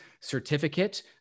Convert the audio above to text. certificate